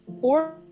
four